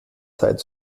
zeit